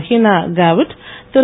Heena Gavit Thiru